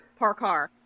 parkour